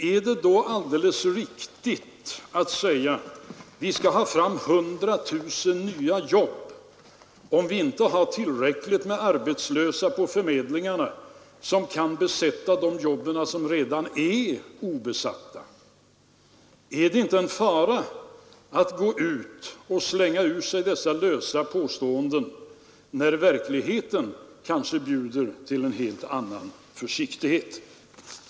Är det då alldeles riktigt att säga att vi skall ha fram 100 000 nya jobb, om vi inte har tillräckligt med arbetslösa på förmedlingarna för att besätta de jobb som redan är obesatta? Är det inte farligt att slänga ur sig dessa lösa påståenden när verkligheten kanske bjuder till en helt annan försiktighet.